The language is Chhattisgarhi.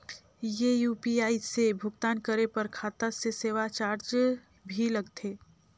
ये यू.पी.आई से भुगतान करे पर खाता से सेवा चार्ज भी लगथे?